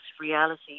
reality